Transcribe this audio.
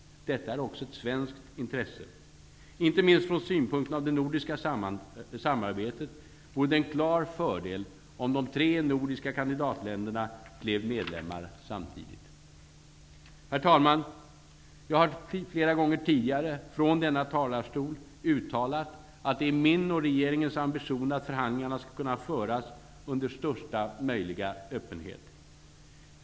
Detta är också ett svenskt intresse. Inte minst från synpunkten av det nordiska samarbetet vore det en klar fördel om de tre nordiska kandidatländerna blev medlemmar samtidigt. Herr talman! Jag har flera gånger tidigare från denna talarstol uttalat att det är min och regeringens ambition att förhandlingarna skall kunna föras under största möjliga öppenhet.